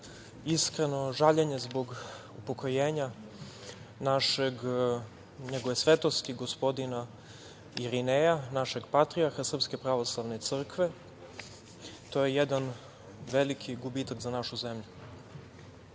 iskreno žaljenje zbog upokojenja Njgegove svetosti, gospodina Irineja, našeg patrijarha SPC. To je jedan veliki gubitak za našu zemlju. Kao